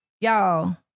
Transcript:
Y'all